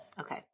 Okay